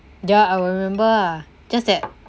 that [one] I will remember ah just that